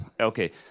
okay